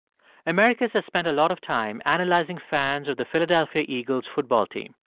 americus has spent a lot of time analyzing fans of the philadelphia eagles football team.